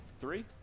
three